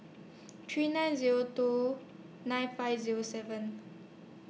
three nine Zero two nine five Zero seven